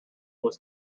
was